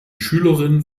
schülerin